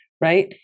right